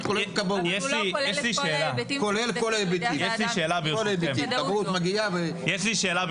אבל הוא לא כולל את כל ההיבטים --- כולל כל ההיבטים --- יש לי שאלה,